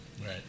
Right